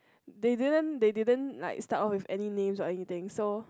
they didn't they didn't like start off with any names or anything so